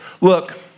look